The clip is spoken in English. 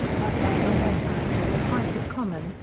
but by november, the price of common,